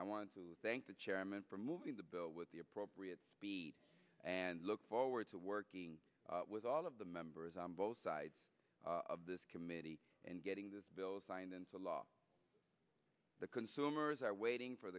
i want to thank the chairman for moving the bill with the appropriate speed and look forward to working with all of the members on both sides of this committee and getting this bill signed into law the consumers are waiting for